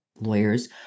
lawyers